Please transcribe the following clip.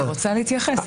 אני רוצה להתייחס,